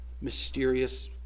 mysterious